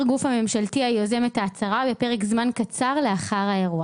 הגוף הממשלתי שיוזם את ההצהרה לפרק זמן קצר לאחר האירוע.